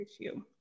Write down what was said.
issue